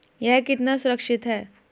यह कितना सुरक्षित है?